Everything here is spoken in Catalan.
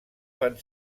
van